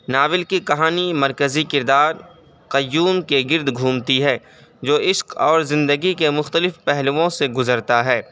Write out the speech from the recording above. novel کی کہانی مرکزی کردار قیوم کے گرد گھومتی ہے جو عشق اور زندگی کے مختلف پہلوؤں سے گزرتا ہے